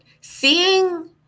seeing